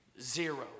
Zero